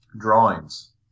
drawings